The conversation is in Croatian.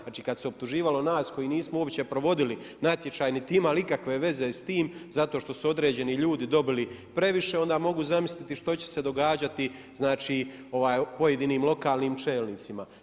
Znači kad se optuživalo nas koji nismo uopće provodili natječaj niti imali ikakve veze s tim, zato što su određeni ljudi dobili previše, onda mogu zamisliti što će se događati pojedinim lokalnim čelnicima.